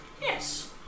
Yes